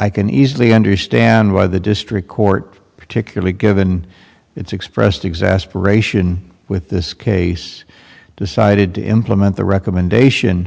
i can easily understand why the district court particularly given its expressed exasperate with this case decided to implement the recommendation